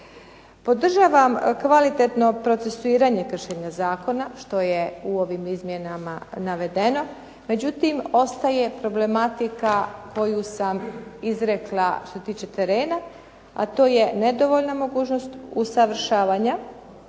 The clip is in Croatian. Podržavam kvalitetno procesuiranje kršenja zakona što je u ovim izmjenama navedeno, međutim ostaje problematika koju sam izrekla što se tiče terena, a to je nedovoljna mogućnost usavršavanja,